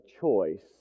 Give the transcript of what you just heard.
choice